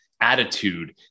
attitude